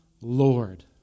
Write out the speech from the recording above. lord